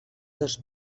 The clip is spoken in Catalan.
dos